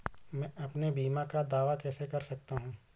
मैं अपने बीमा का दावा कैसे कर सकता हूँ?